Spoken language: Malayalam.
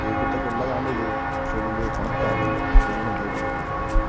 ബ്ലൂടൂത്തൊക്കെ ഉള്ളതാണിത് പക്ഷെ ഇതിൽ കണക്റ്റാവണില്ല ഫോൺ ബ്ലൂടൂത്ത് കണക്റ്റാവണില്ല